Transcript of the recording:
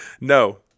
No